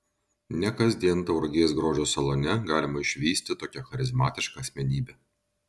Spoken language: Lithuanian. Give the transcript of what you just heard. ne kasdien tauragės grožio salone galima išvysti tokią charizmatišką asmenybę